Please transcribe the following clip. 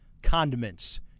Condiments